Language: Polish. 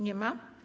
Nie ma?